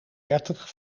dertig